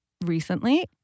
recently